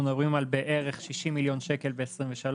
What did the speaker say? אנחנו מדברים על בערך 60 מיליון שקלים ב-2023.